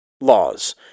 laws